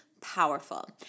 powerful